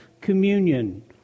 communion